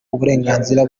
uburenganzira